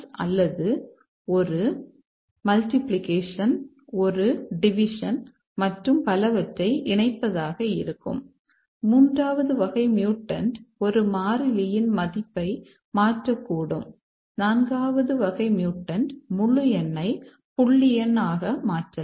அல்லது ஏதாவது வகையில் மாற்றலாம்